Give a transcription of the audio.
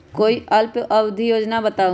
कोई अल्प अवधि योजना बताऊ?